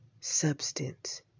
substance